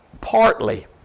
partly